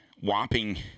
whopping